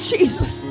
Jesus